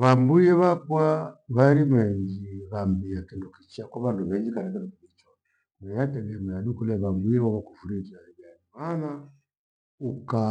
Vambwirwe phakwa vairima enji ghambia kindo kichaa kwa vadu vengi kana thana kuvichwa mera tegemea du kulee phambwiepho vakufurie inja higyani maana, uka